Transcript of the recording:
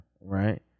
Right